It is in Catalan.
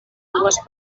dues